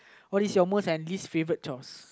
what is your most and least favourite chores